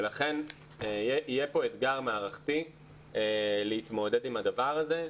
ולכן יהיה פה אתגר מערכתי להתמודד עם הדבר הזה.